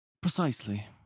Precisely